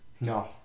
No